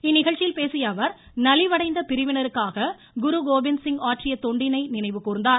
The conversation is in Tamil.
இந்நிகழ்ச்சியில் பேசியஅவர் நலிவடைந்த பிரிவினருக்காக குரு கோபிந்த்சிங் ஆற்றிய தொண்டினை நினைவு கூர்ந்தார்